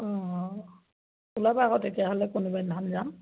অঁ ওলাবা আকৌ তেতিয়াহ'লে কোনোবা এদিনাখন যাম